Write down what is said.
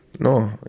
No